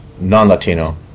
non-Latino